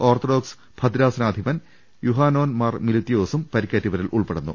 orthodox ഭദ്രസനാധിപൻ യുഹാനോൻ മാർ മിലി ത്തിയോസും പരിക്കേറ്റവരിൽ ഉൾപെടുന്നു